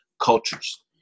cultures